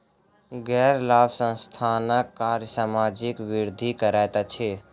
गैर लाभ संस्थानक कार्य समाजक वृद्धि करैत अछि